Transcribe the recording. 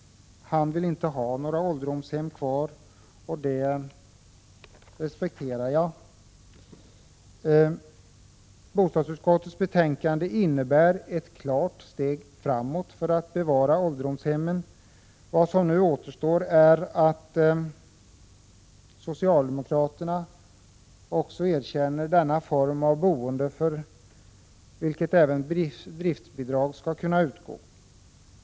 Han vill inte ha några ålderdomshem kvar, och det respekterar jag. Bostadsutskottets betänkande innebär ett klart steg framåt för att bevara ålderdomshemmen. Vad som nu återstår är att också socialdemokraterna erkänner denna form av boende, för vilken även driftbidrag skall kunna utgå.